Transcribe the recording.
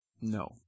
No